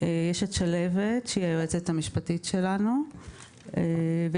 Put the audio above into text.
יש את שלהבת שהיא היועצת המשפטית שלנו ואת